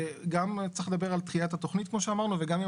גם צריך לדבר על דחיית התכנית כמו שאמרנו וגם אם